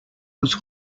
was